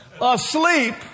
asleep